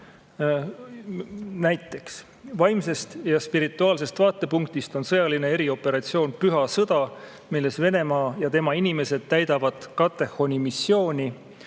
Näiteks, vaimsest ja spirituaalsest vaatepunktist on sõjaline erioperatsioon püha sõda, milles Venemaa ja tema inimesed täidavad katehoni missiooni,